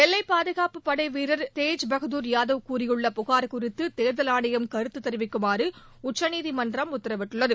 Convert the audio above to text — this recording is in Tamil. எல்லைப் பாதுகாப்பு படைவீரர் தேஜ் பகதூர் யாதவ் கூறியுள்ள புகார் குறித்து தேர்தல் ஆணையம் கருத்து தெரிவிக்குமாறு உச்சநீதிமன்றம் உத்தரவிட்டுள்ளது